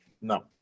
No